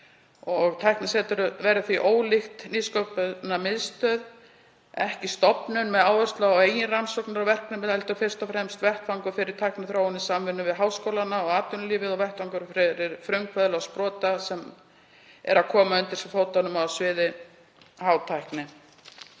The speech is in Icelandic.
Tæknisetur verði því, ólíkt Nýsköpunarmiðstöð, ekki stofnun með áherslu á eigin rannsóknarverkefni heldur fyrst og fremst vettvangur fyrir tækniþróun í samvinnu við háskólana og atvinnulífið og vettvangur fyrir frumkvöðla og sprota sem eru að koma undir sig fótunum á sviði hátækni.